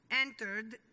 entered